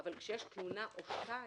אבל כשיש תלונה או שתיים,